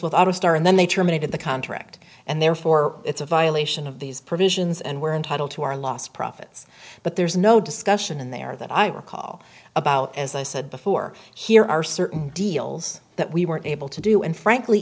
without a star and then they terminated the contract and therefore it's a violation of these provisions and we're entitled to our last profits but there's no discussion in there that i recall about as i said before here are certain deals that we weren't able to do and frankly